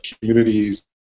communities